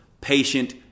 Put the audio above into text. patient